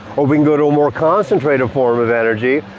or we can go to a more concentrated form of energy,